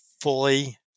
fully